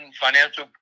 financial